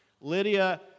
Lydia